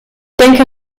denke